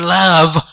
love